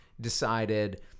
decided